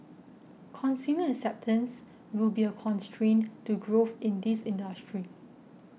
consumer acceptance will be a constraint to growth in this industry